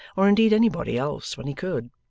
or indeed anybody else, when he could.